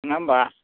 नङाहोमब्ला